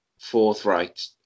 forthright